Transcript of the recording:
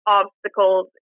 obstacles